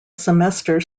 semester